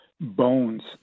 bones